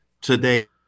Today